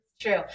True